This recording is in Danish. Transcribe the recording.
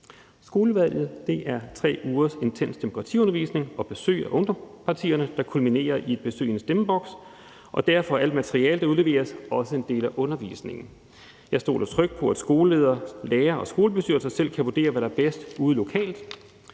Skolevalget er 3 ugers intens demokratiundervisning og besøg af ungdomspartierne, der kulminerer i et besøg i en stemmeboks, og derfor er alt materiale, der udleveres, også en del af undervisningen. Jeg stoler trygt på, at skoleledere, lærere og skolebestyrelser selv kan vurdere, hvad der er bedst, ude lokalt.